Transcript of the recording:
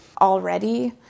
already